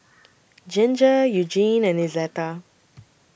Ginger Eugene and Izetta